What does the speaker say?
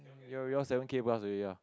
you you'll seven K plus already ah